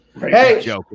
Hey